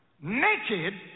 naked